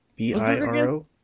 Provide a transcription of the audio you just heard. B-I-R-O